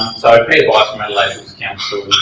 so i realize my lessons council